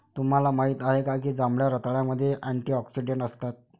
तुम्हाला माहित आहे का की जांभळ्या रताळ्यामध्ये अँटिऑक्सिडेंट असतात?